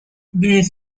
bees